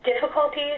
difficulties